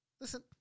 listen